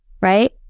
right